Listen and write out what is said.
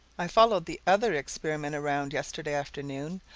i followed the other experiment around, yesterday afternoon,